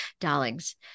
darlings